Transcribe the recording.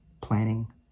planning